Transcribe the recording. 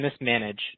mismanage